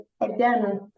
Again